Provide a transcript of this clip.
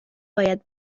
باید